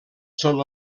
són